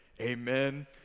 Amen